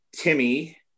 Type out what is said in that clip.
Timmy